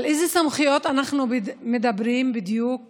על איזה סמכויות אנחנו מדברים בדיוק